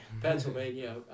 Pennsylvania